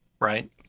Right